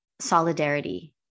solidarity